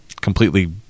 completely